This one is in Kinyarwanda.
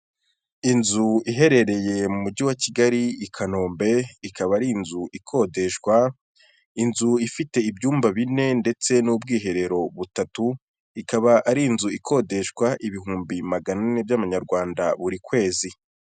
Inzu iherereye mu mujyi wa Kigali i Kanombe, ikaba ari inzu ikodeshwa, inzu ifite ibyumba bine ndetse n'ubwiherero butatu, ikaba ari inzu ikodeshwa ibihumbi magana ane by'amanyarwanda buri kwezi.